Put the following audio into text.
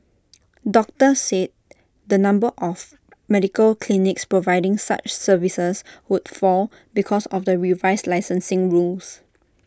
doctors said the number of medical clinics providing such services would fall because of the revised licensing rules